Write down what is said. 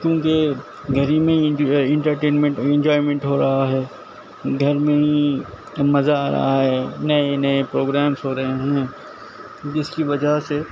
کیونکہ گھر ہی میں انٹرٹینمنٹ انجوائمنٹ ہو رہا ہے گھر میں ہی مزہ آ رہا ہے نئے نئے پروگرامس ہو رہے ہیں جس کی وجہ سے